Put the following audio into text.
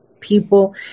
people